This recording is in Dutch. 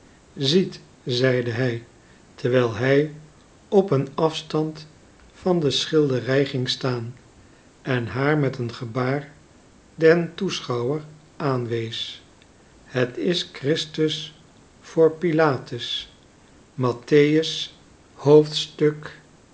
ziet zeide hij terwijl hij op een afstand van de schilderij ging staan en haar met een gebaar den toeschouwers aanwees het is christus voor pilatus mattheus